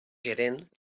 gerent